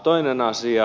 toinen asia